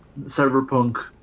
cyberpunk